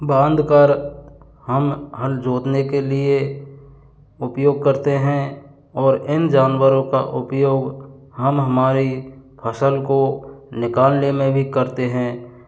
बाँध कर हम हल जोतने के लिए उपयोग करते हैं और इन जानवरों का उपयोग हम हमारी फ़सल को निकालने में भी करते हैं